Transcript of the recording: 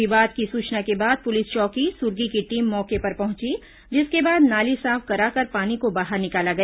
विवाद की सूचना के बाद पुलिस चौकी सुरगी की टीम मौके पर पहुंची जिसके बाद नाली साफ कराकर पानी को बाहर निकाला गया